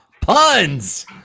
puns